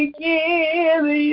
give